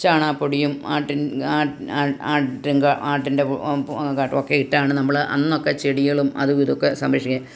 ചാണകപ്പൊടിയും ആട്ടിൻ ആ ആ ആട്ടി കാ ആട്ടിൻ്റെ പോ ആ കാട്ടവും ഒക്കെ ഇട്ടാണ് നമ്മൾ അന്നൊക്കെ ചെടികളും അതുമിതൊക്കെ സംരക്ഷിക്കുക